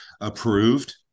approved